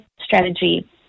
strategy